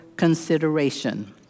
consideration